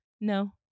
No